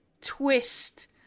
twist